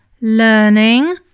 learning